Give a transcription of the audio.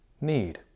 need